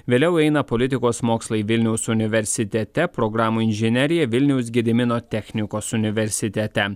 vėliau eina politikos mokslai vilniaus universitete programų inžinerija vilniaus gedimino technikos universitete